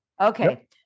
Okay